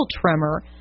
tremor